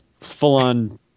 full-on